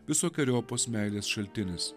visokeriopos meilės šaltinis